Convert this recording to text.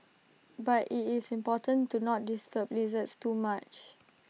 but IT is important to not disturb lizards too much